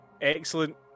excellent